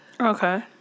Okay